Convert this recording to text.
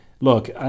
look